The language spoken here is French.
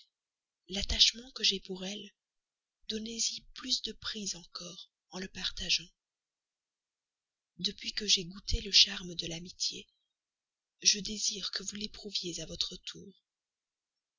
l'attachement que j'ai pour elle donnez-lui plus de prix encore en le partageant depuis que j'ai goûté le charme de l'amitié je désire que vous l'éprouviez à votre tour